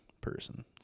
person